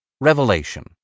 Revelation